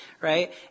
Right